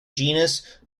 genus